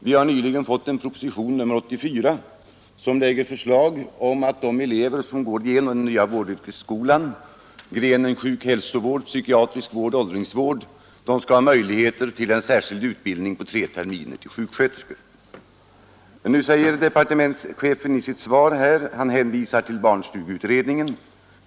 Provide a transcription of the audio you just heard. Vi har nyligen fått en proposition, nr 84, med förslag om att de elever som går igenom den nya vårdyrkesskolan, grenarna hälsooch sjukvård, psykiatrisk vård och åldringsvård, skall ha möjligheter till en särskild utbildning till sjuksköterskor på tre terminer. Men för eleverna i barnoch ungdomsvård hänvisar departementschefen i sitt svar till barnstugeutredningen.